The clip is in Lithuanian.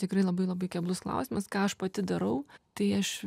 tikrai labai labai keblus klausimas ką aš pati darau tai aš